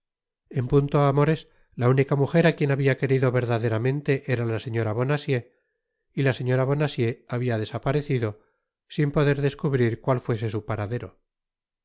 en punto á amores la única mujer a quien habia querido verdaderamente era la señora bonacieux y la señora bonacieux habia desaparecido sin poder descubrir cual fuese su paradero